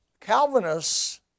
Calvinists